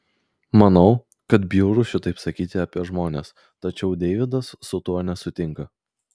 manau kad bjauru šitaip sakyti apie žmones tačiau deividas su tuo nesutinka